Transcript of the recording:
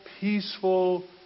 peaceful